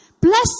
Bless